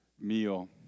meal